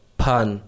pan